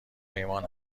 ایمان